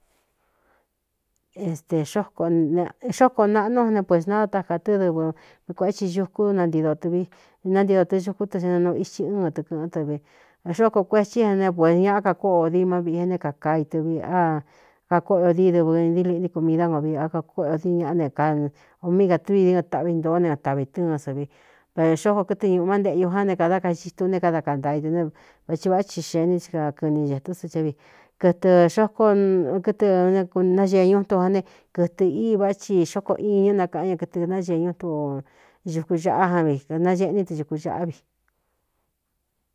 Estē xóko naꞌnú né puis nadátákā tɨ́ dɨvɨ ve kuēé ti ñukú nantii do tɨvi é nántido tɨ xukú tɨ sna nuu itsi ɨɨn tɨkɨ̄ꞌɨ́n dɨ vi xóko kuetí an ne puēs ñaꞌa kakóꞌo ō dimá viꞌi é né kākaa itɨvi á kakóꞌo o di dɨvɨ ɨni di liꞌnti ku mi dá go vi a kakúꞌo o di ñaꞌa ne kao mí kātúvi dɨ́ɨɨn taꞌvi ntōó ne tavi tɨ́ɨn sa vi va xóko kɨtɨ ñūꞌu má nteꞌñu jan né kādá kaitú ne kada kantaa idu ne vátsi vá tsi xe ní ka kɨɨni cātún sa ca vi kɨtɨ xkokɨtɨ naee ñu itun ján ne kɨ̄tɨ íi vá thi xóko iñú nakaꞌan ña kɨtɨ naee ñú itun o ñuku caꞌá jan vi naeꞌní tɨ cūkucaꞌá vi.